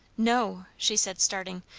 no, she said, starting.